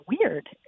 weird